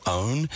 own